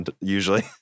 usually